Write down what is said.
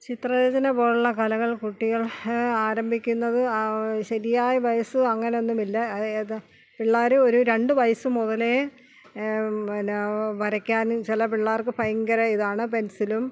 ചിത്രരചന പോലെയുള്ള കലകൾ കുട്ടികൾ ആരംഭിക്കുന്നത് ശരിയായ വയസ്സ് അങ്ങനെ ഒന്നുമില്ല ഏത് പിള്ളേർ ഒരു രണ്ട് വയസ്സ് മുതലേ പിന്നെ വരക്കാൻ ചില പിള്ളേർക്ക് ഭയങ്കര ഇതാണ് പെൻസിലും